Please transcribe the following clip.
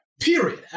Period